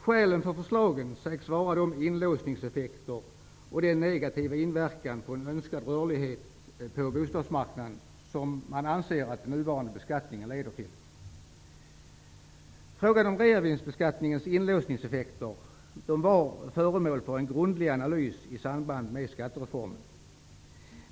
Skälen till förslagen sägs vara de inlåsningseffekter och den negativa inverkan på en önskad rörlighet på bostadsmarknaden som man anser att den nuvarande beskattningen leder till. Frågan om reavinstbeskattningens inlåsningseffekter var föremål för en grundlig analys i samband med skattereformen.